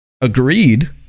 agreed